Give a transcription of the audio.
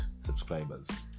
subscribers